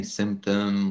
symptom